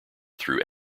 through